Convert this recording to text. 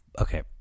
Okay